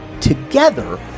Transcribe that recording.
Together